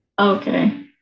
Okay